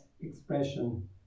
expression